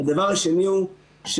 הדבר השני הוא,